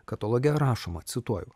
kataloge rašoma cituoju